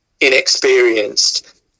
inexperienced